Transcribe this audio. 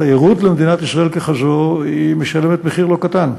התיירות למדינת ישראל, ככזאת, משלמת מחיר לא קטן.